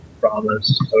Promise